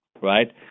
right